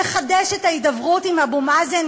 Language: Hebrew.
לחדש את ההידברות עם אבו מאזן,